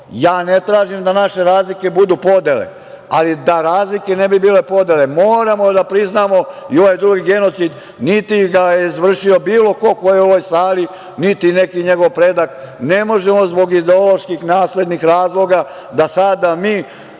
to. Ne tražim da naše razlike budu podele, ali da razlike ne bi bile podele, moramo da priznamo i ovaj drugi genocid, niti ga je izvršio bilo ko, ko je u ovoj sali, niti njegov neki predak, ne možemo zbog ideoloških naslednih razloga da sada mi,